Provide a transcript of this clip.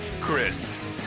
Chris